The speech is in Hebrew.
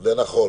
זה נכון.